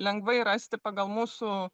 lengvai rasti pagal mūsų